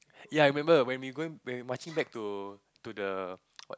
ya I remember when we going when we marching back to to the what